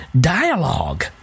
dialogue